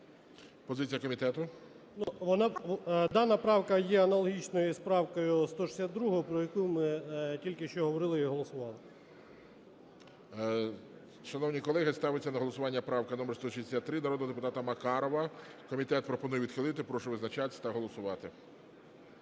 Дана правка є аналогічною з правкою 162, про яку ми тільки що говорили і голосували.